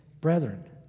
brethren